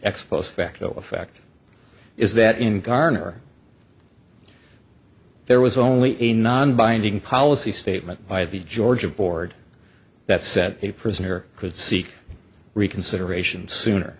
ex post facto a fact is that in garner there was only a non binding policy statement by the georgia board that set a prisoner could seek reconsideration sooner